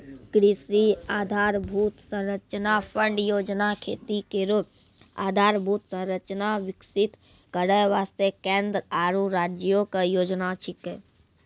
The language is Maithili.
कृषि आधारभूत संरचना फंड योजना खेती केरो आधारभूत संरचना विकसित करै वास्ते केंद्र आरु राज्यो क योजना छिकै